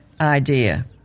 idea